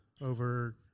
over